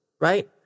right